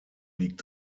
liegt